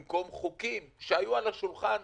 במקום חוקים שהיו על השולחן,